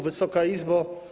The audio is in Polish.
Wysoka Izbo!